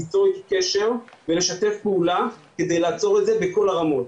ליצור איתי קשר ולשתף פעולה כדי לעצור את זה בכל הרמות.